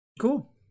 Cool